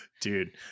dude